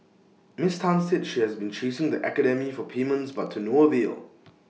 miss Tan said she has been chasing the academy for payments but to no avail